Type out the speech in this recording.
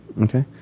Okay